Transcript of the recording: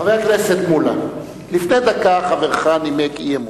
חבר הכנסת מולה, לפני דקה חברך נימק אי-אמון.